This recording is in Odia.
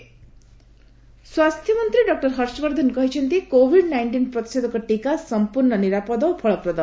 ହର୍ଷବର୍ଦ୍ଧନ ଭାକ୍ସିନ ସ୍ୱାସ୍ଥ୍ୟ ମନ୍ତ୍ରୀ ଡକୁର ହର୍ଷବର୍ଦ୍ଧନ କହିଛନ୍ତି କୋବିଡ୍ ନାଇଣ୍ଟିନ୍ ପ୍ରତିଷେଧକ ଟିକା ସମ୍ପର୍ଶ୍ଣ ନିରାପଦ ଓ ଫଳପ୍ରଦ